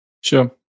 Sure